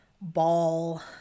ball